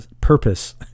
purpose